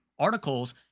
articles